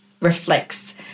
reflects